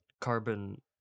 carbon